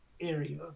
area